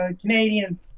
Canadian